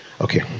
Okay